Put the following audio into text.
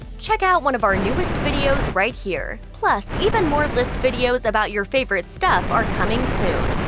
check out one of our newest videos right here! plus, even more list videos about your favorite stuff are coming soon.